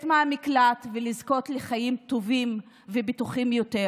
מהמקלט ולזכות לחיים טובים ובטוחים יותר.